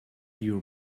your